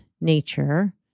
nature